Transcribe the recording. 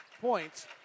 points